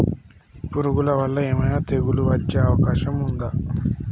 పురుగుల వల్ల ఏమైనా తెగులు వచ్చే అవకాశం ఉందా?